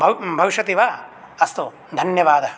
भव् भविष्यति वा अस्तु धन्यवादः